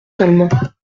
seulement